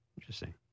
Interesting